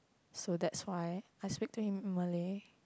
so that's why I speak to him in Malay